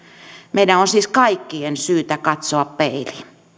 meidän on siis kaikkien syytä katsoa peiliin